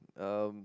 um